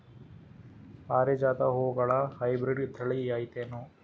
ಪಾರಿಜಾತ ಹೂವುಗಳ ಹೈಬ್ರಿಡ್ ಥಳಿ ಐತೇನು?